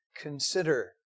consider